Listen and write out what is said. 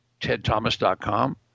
tedthomas.com